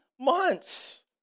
months